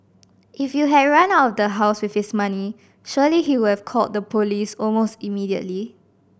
if you had run out of the house with his money surely he would have called the police almost immediately